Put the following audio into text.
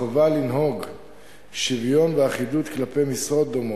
החובה לנהוג שוויון ואחידות כלפי משרות דומות.